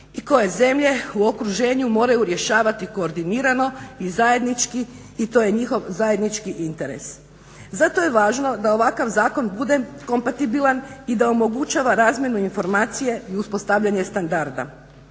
i koje zemlje u okruženju moraju rješavati koordinirano i zajednički i to je njihov zajednički interes. Zato je važno da ovakav zakon bude kompatibilan i da omogućava razmjenu informacije i uspostavljanje standarda.